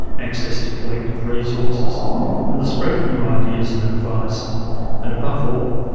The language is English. access to collective resources and the spread of new ideas and advice and above all,